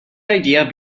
idea